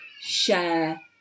share